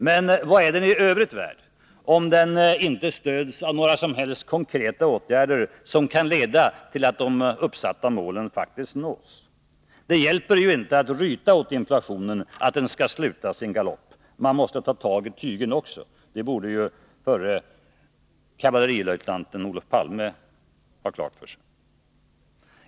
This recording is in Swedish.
Men vad är den i övrigt värd, om den inte stöds av några som helst konkreta åtgärder som kan leda till att det uppsatta målet faktiskt nås. Det hjälper inte att ryta åt inflationen att den skall sluta sin galopp. Man måste ta tag i tygeln också — det borde förre kavallerilöjtnanten Olof Palme ha klart för sig.